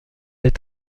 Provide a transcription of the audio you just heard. est